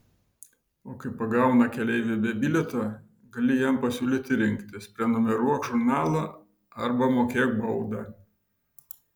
o kai pagauna keleivį be bilieto gali jam pasiūlyti rinktis prenumeruok žurnalą arba mokėk baudą